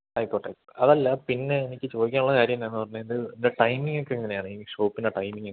ആയിക്കോട്ടെ അതല്ല പിന്നെ എനിക്ക് ചോദിക്കാനുള്ള കാര്യമെന്താണെ ന്ന് പറഞ്ഞാൽ ഇതിൻ്റെ ഇതിൻ്റെ ടൈമിങ്ങൊക്കെ എങ്ങനെയാണ് ഈ ഷോപ്പിൻ്റെ ടൈമിങ്ങൊക്കെ